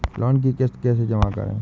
Loan की किश्त कैसे जमा करें?